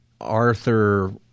Arthur